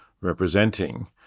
representing